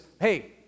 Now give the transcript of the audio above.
hey